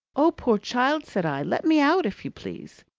oh, poor child, said i let me out, if you please!